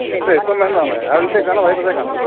എപ്പം എപ്പം വേണ്ടതാണ് രാവിലത്തേക്കാണോ വൈകീട്ടത്തേക്കാണോ